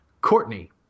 Courtney